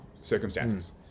circumstances